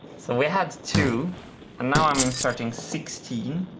so we had two and now i'm inserting sixteen.